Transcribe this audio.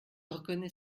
reconnais